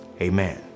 Amen